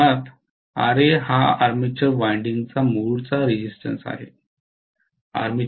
मुळात Ra हा या आर्मेचर वाराइंडिंगचा मूळचा रेजिस्टन्स आहे